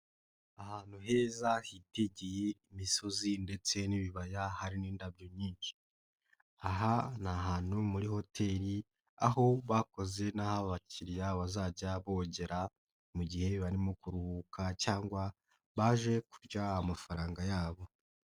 Ahantu heza hitegeye imisozi ndetse n'ibibaya hari n'indabyo nyinshi. Aha ni ahantu muri hoteli aho bakoze n'aho abakiriya bazajya bogera mu gihe barimo kuruhuka cyangwa baje kurya amafaranga yabo.